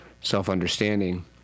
self-understanding